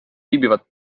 viibivad